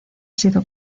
sido